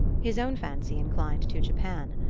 his own fancy inclined to japan.